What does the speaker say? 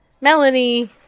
Melanie